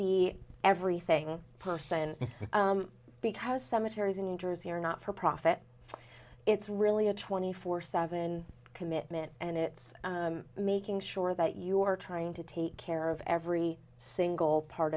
the everything person because cemeteries in jersey are not for profit it's really a twenty four seven commitment and it's making sure that you're trying to take care of every single part